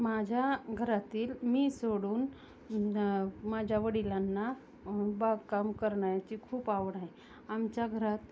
माझ्या घरातील मी सोडून माझ्या वडिलांना बागकाम करण्याची खूप आवड आहे आमच्या घरात